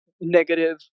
negative